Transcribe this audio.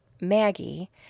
Maggie